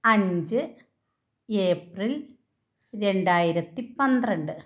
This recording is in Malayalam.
അഞ്ച് ഏപ്രില് രണ്ടായിരത്തി പന്ത്രണ്ട്